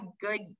good